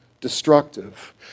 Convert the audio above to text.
destructive